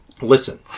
Listen